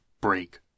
break